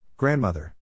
Grandmother